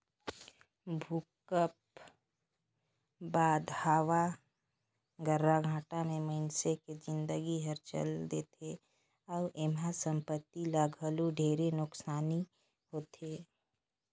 भूकंप बाद हवा गर्राघाटा मे मइनसे के जिनगी हर चल देथे अउ एम्हा संपति ल घलो ढेरे नुकसानी होथे